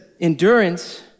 endurance